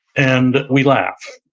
and we laugh.